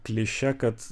kliše kad